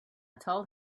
told